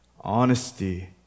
honesty